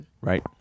right